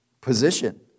position